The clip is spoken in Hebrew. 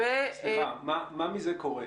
מה מזה קורה?